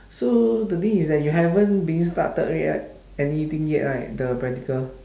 so the thing is that you haven't being started yet anything yet right the practical